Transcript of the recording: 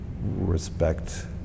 respect